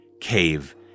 cave